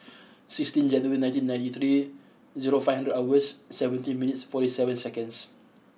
sixteenth January nineteen ninety three zero five hundred hours seventeen minutes forty seven seconds